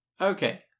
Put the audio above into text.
Okay